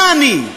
מה אני,